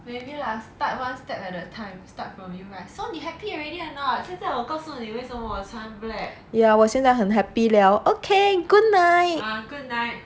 yeah 我现在很 happy liao okay good night